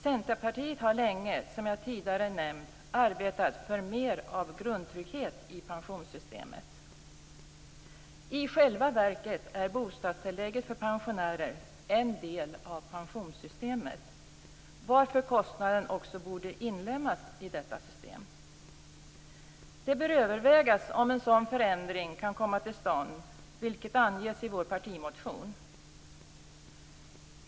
Centerpartiet har länge, som jag tidigare nämnt, arbetat för mer av grundtrygghet i pensionssystemet. I själva verket är bostadstillägget för pensionärer en del av pensionssystemet, varför kostnaden också borde inlemmas i detta system. Det bör övervägas om en sådan förändring kan komma till stånd, vilket anges i vår partimotion.